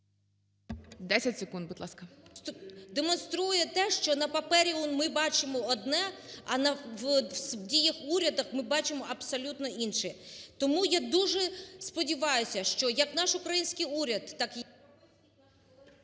Демонструє те, що на папері ми бачимо одне, а в діях уряду ми бачимо абсолютно інше. Тому я дуже сподіваюсь, що як наш український уряд, так…